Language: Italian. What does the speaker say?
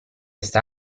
sta